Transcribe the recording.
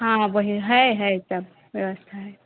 हाँ वही है है चप व्यवस्था है